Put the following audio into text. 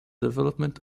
development